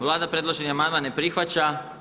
Vlada predloženi amandman ne prihvaća.